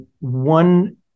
One